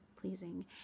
pleasing